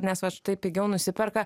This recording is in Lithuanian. nes vat štai pigiau nusiperka